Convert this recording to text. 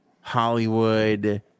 Hollywood